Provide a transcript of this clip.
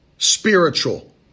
Spiritual